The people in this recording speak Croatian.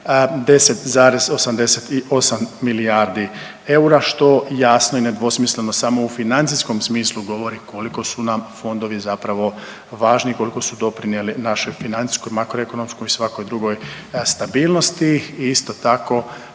10,88 milijardi eura što jasno i nedvosmisleno, samo u financijskom smislu govori koliko su nam fondovi zapravo važni i koliko su doprinijeli našoj financijskoj, makroekonomskoj i svakoj drugoj stabilnosti i isto tako,